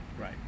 right